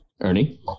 Ernie